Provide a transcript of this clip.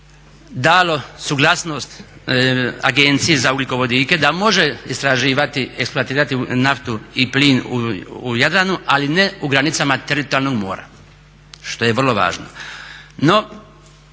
dalo suglasnost Agenciji za ugljikovodike da može istraživati eksploatirati naftu i plin u Jadranu ali ne u granicama teritorijalnog mora što je vrlo važno.